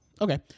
Okay